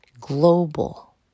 global